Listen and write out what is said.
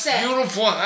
beautiful